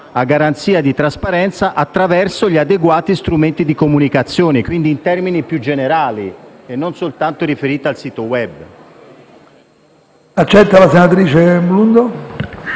a garanzia di trasparenza, attraverso gli adeguati strumenti di comunicazione, quindi in termini più generali e non solo con riferimento al sito *web*. PRESIDENTE. Senatrice Blundo,